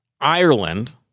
Ireland